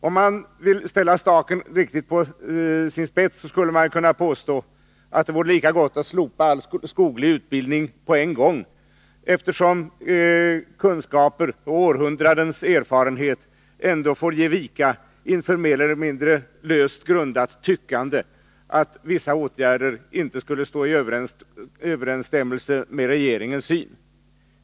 Om man vill ställa saken riktigt på sin spets skulle man kunna påstå att det vore lika gott att på en gång slopa all skoglig utbildning, eftersom kunskaper och århundradens erfarenheter ändå får ge vika inför mer eller mindre löst grundat tyckande att vissa åtgärder inte står i överensstämmelse med regeringens syn.